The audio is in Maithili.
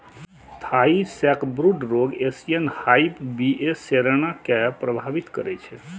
थाई सैकब्रूड रोग एशियन हाइव बी.ए सेराना कें प्रभावित करै छै